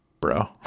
Bro